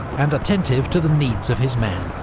and attentive to the needs of his men.